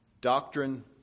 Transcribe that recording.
doctrine